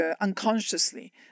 unconsciously